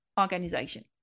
organization